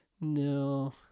No